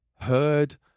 heard